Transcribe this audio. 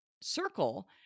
circle